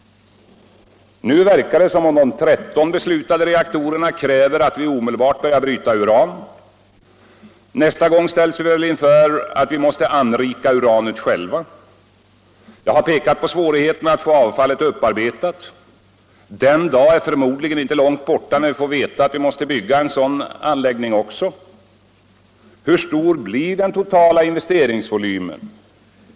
Nu verkar det som om de 13 beslutade reaktorerna kräver att vi omedelbart börjar bryta uran. Nästa gång ställs vi väl inför att vi måste anrika uranet själva. Jag har pekat på svårigheterna att få avfallet upparbetat — den dag är förmodligen inte långt borta när vi får veta att vi måste bygga en sådan anläggning också. Hur stor blir den totala investeringsvolymen?